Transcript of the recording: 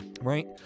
right